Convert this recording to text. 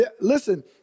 listen